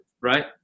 right